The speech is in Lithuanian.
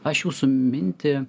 aš jūsų mintį